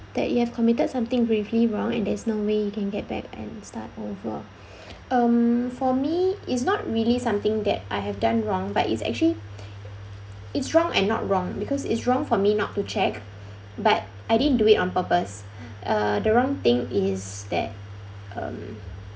that you have committed something gravely wrong and there's no way you can get back and start over um for me it's not really something that I have done wrong but it's actually it's wrong and not wrong because it's wrong for me not to check but I didn't do it on purpose uh the wrong thing is that um